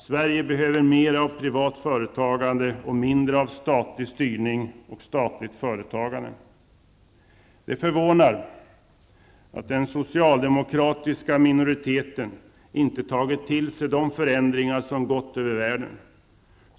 Sverige behöver mera av privat företagande och mindre av statlig styrning och statligt företagande. Det förvånar att den socialdemokratiska minoriteten inte har tagit till sig de förändringar som gått över världen.